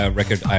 record